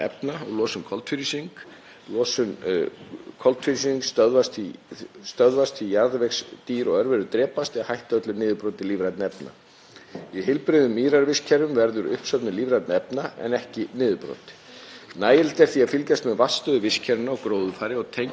Í heilbrigðum mýrarvistkerfum verður uppsöfnun lífrænna efna en ekki niðurbrot. Nægilegt er því að fylgjast með vatnsstöðuvistkerfinu og gróðurfari og tengja það samanburðarmælingum á vöktunarsvæðum og nýendurheimtum svæðum. Fylgni mælinganna er það sterk að ástæðulaust er að gera mælingar á öllum svæðum og öllum blettum endurheimtra svæða.